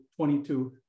22